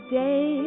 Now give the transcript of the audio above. day